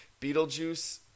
Beetlejuice